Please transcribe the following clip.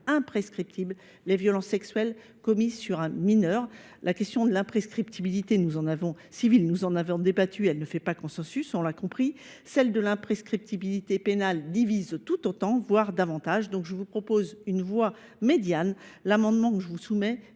imprescriptibles les violences sexuelles commises sur un mineur. La question de l’imprescriptibilité civile, dont nous avons débattu, ne fait pas consensus. Celle de l’imprescriptibilité pénale divise tout autant, voire davantage. Je vous propose donc une voie médiane. L’amendement que je vous soumets